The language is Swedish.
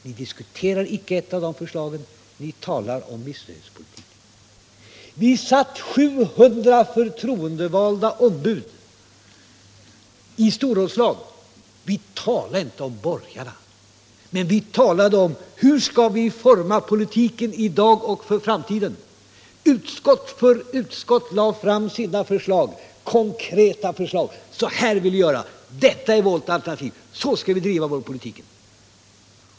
Ni diskuterar inte ett enda av de förslagen, utan ni talar om missnöjespolitik. Vi satt 700 förtroendevalda ombud i storrådslag. Vi talade inte om borgarna, men vi talade om hur vi skall forma politiken i dag och för framtiden. Utskott för utskott lade fram sina konkreta förslag: Så här vill vi göra. Detta är vårt alternativ. Så skall vi driva vår politik.